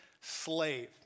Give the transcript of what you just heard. slave